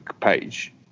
page